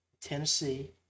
Tennessee